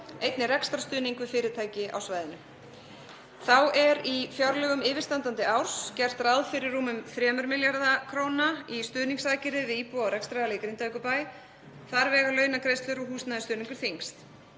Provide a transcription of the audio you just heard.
einnig rekstrarstuðning við fyrirtæki á svæðinu. Þá er í fjárlögum yfirstandandi árs gert ráð fyrir rúmum 3 milljörðum kr. í stuðningsaðgerðir við íbúa og rekstraraðila í Grindavíkurbæ. Þar vega launagreiðslur og húsnæðisstuðningur þyngst.